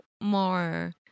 more